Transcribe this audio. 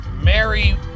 Mary